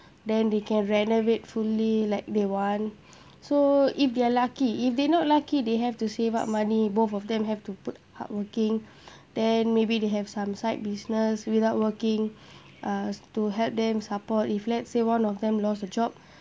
then they can renovate fully like they want so if they are lucky if they not lucky they have to save up money both of them have to put hardworking then maybe they have some side business without working uh to help them support if let's say one of them lost a job